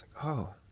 oh,